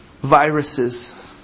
viruses